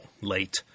Late